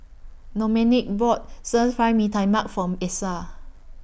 Domenick bought Stir Fry Mee Tai Mak For Essa